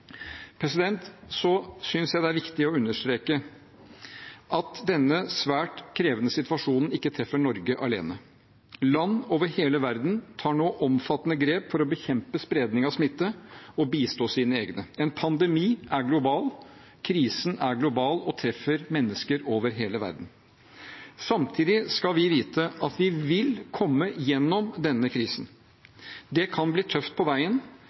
synes det er viktig å understreke at denne svært krevende situasjonen ikke treffer Norge alene. Land over hele verden tar nå omfattende grep for å bekjempe spredning av smitte og bistå sine egne. En pandemi er global – denne krisen er global og treffer mennesker over hele verden. Samtidig skal vi vite at vi vil komme igjennom krisen. Det kan bli tøft på veien,